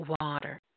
Water